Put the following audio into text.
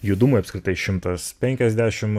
judumui apskritai šimtas penkiasdešim